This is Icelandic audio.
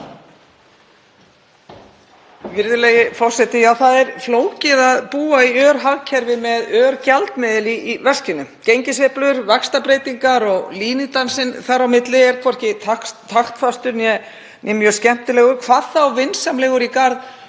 Virðulegi forseti. Það er flókið að búa í örhagkerfi með örgjaldmiðil í veskinu. Gengissveiflur, vaxtabreytingar og línudansinn þar á milli er hvorki taktfastur né mjög skemmtilegur, hvað þá vinsamlegur í garð